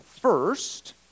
first